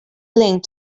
linked